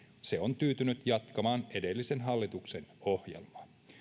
se on tyytynyt jatkamaan edellisen hallituksen ohjelmaa